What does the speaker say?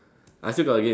I still got the game